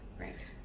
Right